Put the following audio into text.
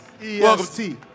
EST